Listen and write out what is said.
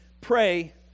pray